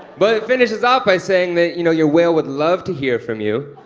but it finishes off by saying that you know your whale would love to hear from you.